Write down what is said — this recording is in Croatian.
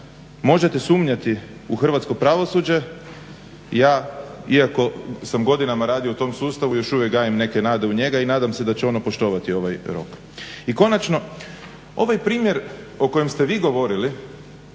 možete sumnjati u hrvatsko pravosuđe, ja iako sam godinama radio u tom sustavu još uvijek gajim neke nade u njega i nadam se da će ono poštovati ovaj rok. I konačno, ovaj primjer o kojem ste vi govorili